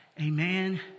Amen